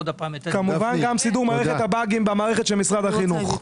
כמובן גם סידור מערכת הבאגים במערכת של משרד החינוך.